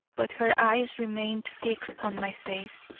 but her eyes remained fixed on my face.